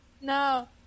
No